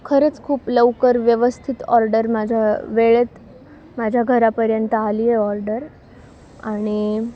खरंच खूप लवकर व्यवस्थित ऑर्डर माझ्या वेळेत माझ्या घरापर्यंत आलीय ऑर्डर आणि